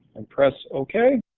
and press okay.